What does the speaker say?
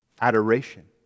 Adoration